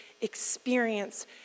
experience